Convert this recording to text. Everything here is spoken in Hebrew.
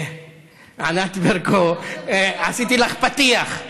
ענת ברקו, עשיתי לך פתיח.